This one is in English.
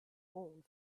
own